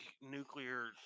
nuclear